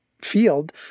field